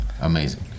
amazing